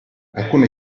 alcune